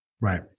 Right